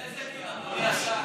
לאיזה גיל, אדוני השר?